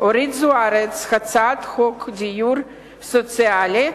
אורית זוארץ הצעת חוק דיור סוציאלי,